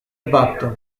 button